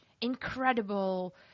incredible